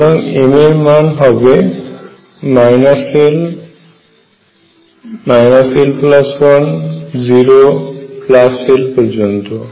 সুতরাং m এর মান হবে -l -l1 0l পর্যন্ত